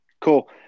Cool